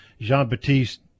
Jean-Baptiste